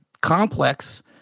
complex